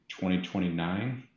2029